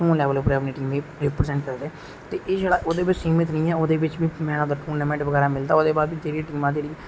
योन लेबल उप्पर अपनी टीम गी रिप्रसेंट करदे एह स्कूल तक गै सीमत नेईं ऐ में अगर टूर्नामेंट बगैरा मिलदा ओहदे बाद बी टीमां जेहड़ी ना